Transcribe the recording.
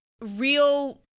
real